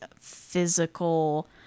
physical